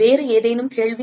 வேறு ஏதேனும் கேள்வி